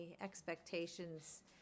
expectations